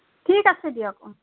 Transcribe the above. ঠিক আছে দিয়ক অঁ